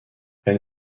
elle